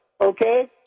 Okay